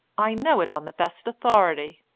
i know it on the best authority.